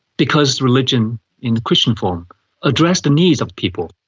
because religion in the christian form addressed the needs of people.